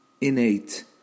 innate